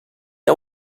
had